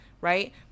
Right